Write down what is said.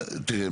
תראה,